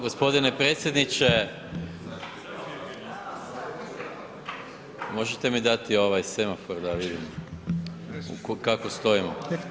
Gospodine predsjedniče, možete mi dati ovaj semofor da vidim kako stojimo.